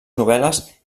novel·les